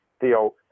Theo